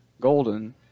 Golden